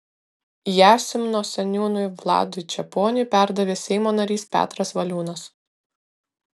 ją simno seniūnui vladui čeponiui perdavė seimo narys petras valiūnas